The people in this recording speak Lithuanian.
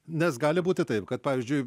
nes gali būti taip kad pavyzdžiui